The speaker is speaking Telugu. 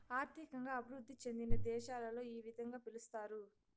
ఆర్థికంగా అభివృద్ధి చెందిన దేశాలలో ఈ విధంగా పిలుస్తారు